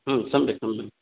सम्यक् सम्यक्